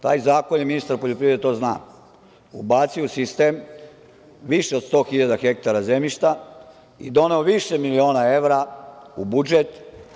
Taj zakon je, i ministar poljoprivrede to zna, ubacio u sistem više od 100 hiljada hektara zemljišta i doneo više miliona evra u budžet.